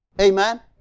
Amen